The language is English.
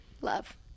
Love